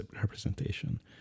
representation